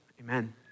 amen